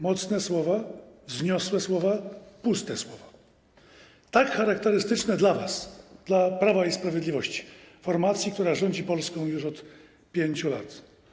Mocne słowa, wzniosłe słowa, puste słowa, tak charakterystyczne dla was, dla Prawa i Sprawiedliwości, formacji, która rządzi Polską już od 5 lat.